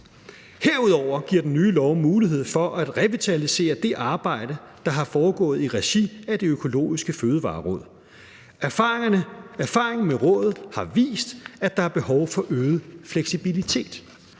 Herudover giver den nye lov mulighed for at revitalisere det arbejde, der er foregået i regi af Det Økologiske Fødevareråd. Erfaringen med rådet har vist, at der er behov for øget fleksibilitet.